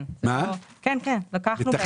כן, לקחנו.